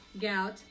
gout